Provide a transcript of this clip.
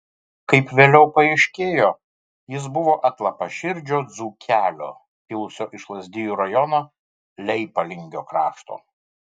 kaip vėliau paaiškėjo jis buvo atlapaširdžio dzūkelio kilusio iš lazdijų rajono leipalingio krašto